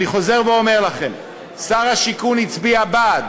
אני חוזר ואומר לכם, שר השיכון הצביע בעד,